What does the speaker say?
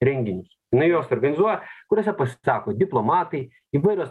renginius jinai juos organizuoja kuriuose pasisako diplomatai įvairios